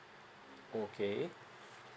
okay